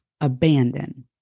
abandon